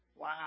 Wow